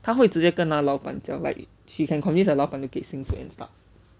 她会直接跟那个老板讲:tae hui zhi jie gen na ge lao ban jiang like she can convince the 老板 to 给薪水 and stuff